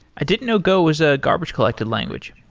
i didn't know go was a garbage collected language.